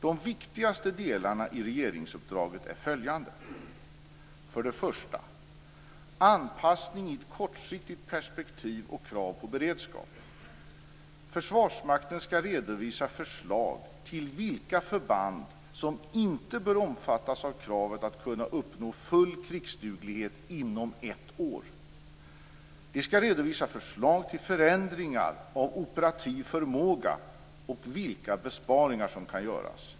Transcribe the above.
De viktigaste delarna i regeringsuppdraget är följande: För det första gäller det anpassning i ett kortsiktigt perspektiv och krav på beredskap. Försvarsmakten skall redovisa förslag till vilka förband som inte bör omfattas av kravet att kunna uppnå krigsduglighet inom ett år. Den skall redovisa förslag till förändringar av operativ förmåga och vilka besparingar som kan göras.